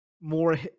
more